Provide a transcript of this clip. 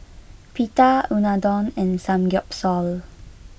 Pita Unadon and Samgyeopsal